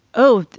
oh,